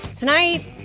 Tonight